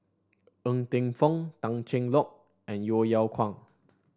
Ng Teng Fong Tan Cheng Lock and Yeo Yeow Kwang